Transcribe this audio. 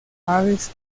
aves